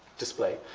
display.